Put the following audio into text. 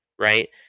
right